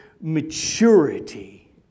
maturity